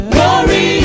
Glory